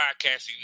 Podcasting